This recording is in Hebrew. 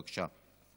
בבקשה.